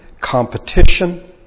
competition